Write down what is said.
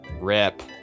Rip